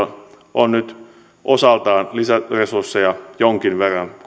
on nyt osaltaan lisäresursseja jonkin verran kohdistettu tarkastelen näistä asioista erityisesti nyt kahta